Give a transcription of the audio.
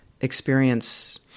experience